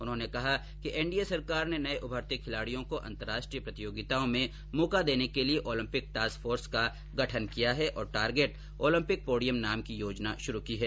उन्होंने कहा कि एनडीए सरकार ने नये उभरते खिलाडियों को अंतर्राष्ट्रीय प्रतियोगिताओं में मौका देने के लिए ओलिम्पिक टास्क फोर्स का गठन किया है और टारगेट ओलिम्पिक पोडियम नाम की योजना शुरू की है